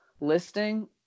listing